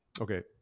okay